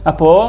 Apo